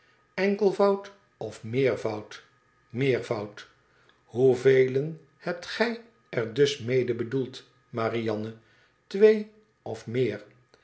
enkelvoud of meervoud meervoud hoevelen hebt gij er dus mede bedoeld marianne twee of meer